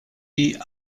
die